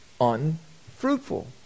unfruitful